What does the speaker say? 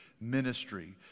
ministry